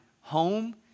home